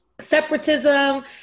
separatism